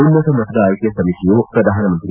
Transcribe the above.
ಉನ್ನತ ಮಟ್ಟದ ಆಯ್ನೆ ಸಮಿತಿಯು ಪ್ರಧಾನಮಂತ್ರಿ